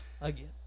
again